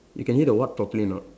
you can hear the what properly or not